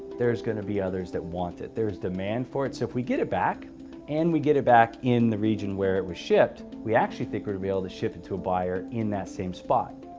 there's gonna be others that want it. there's demand for it. so if we get it back and we get it back in the region where it was shipped, we actually think we're going to be able to ship it to a buyer in that same spot.